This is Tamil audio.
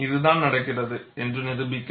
இதுதான் நடக்கிறது என்று நிரூபிக்க